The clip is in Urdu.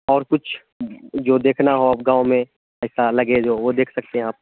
اور کچھ جو دیکھنا ہو اب گاؤں میں ایسا لگے جو وہ دیکھ سکتے ہیں آپ